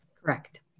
Correct